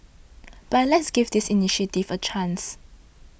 but let's give this initiative a chance